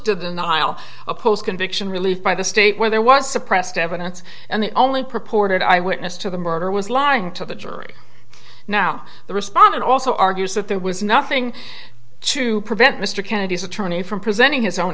a post conviction relief by the state where there was suppressed evidence and the only purported eyewitness to the murder was lying to the jury now the respondent also argues that there was nothing to prevent mr kennedy's attorney from presenting his own